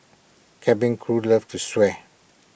cabin crew love to swear